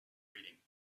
reading